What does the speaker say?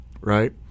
right